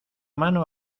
mano